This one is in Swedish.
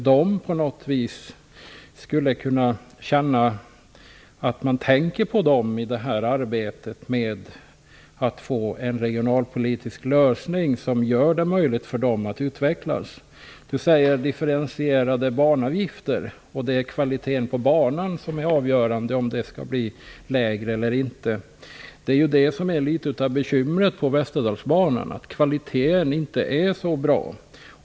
De skulle kunna känna att man tänker på dem i arbetet med att få en regionalpolitisk lösning som gör det möjligt för dem att utvecklas. Ines Uusmann talar om differentierade banavgifter och säger att det är kvaliteten på banan som är avgörande för avgiftens storlek. Problemet med Västerdalsbanan är just att kvaliteten inte är så bra.